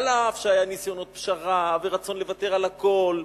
אף שהיו ניסיונות פשרה ורצון לוותר על הכול,